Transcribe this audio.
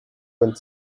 went